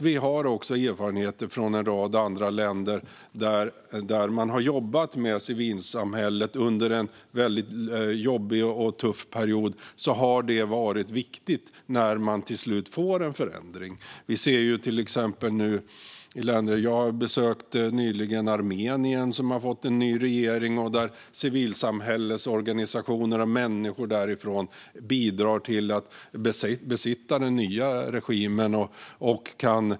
Vi har också erfarenheter från en rad andra länder där man har jobbat med civilsamhället under en väldigt jobbig och tuff period. Det har varit viktigt när man till slut får en förändring. Jag besökte nyligen Armenien som har fått en ny regering. Där bidrar civilsamhällets organisationer och människor därifrån till den nya regimen.